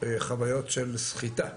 הן חוויות של סחיטה.